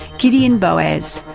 gideon boas,